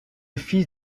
fils